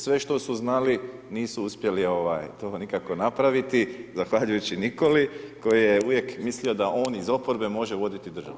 Sve što su znali nisu uspjeli to nikako napraviti zahvaljujući Nikoli koji je uvijek mislio da on iz oporbe može voditi državu.